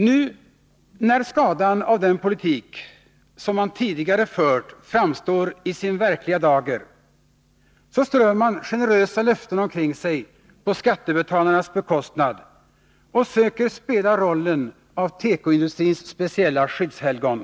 Nu när skadan av den politik som man tidigare fört framstår i sin verkliga dager, strör man generösa löften omkring sig på skattebetalarnas bekostnad och söker spela rollen av tekoindustrins speciella skyddshelgon.